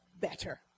better